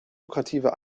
lukrativer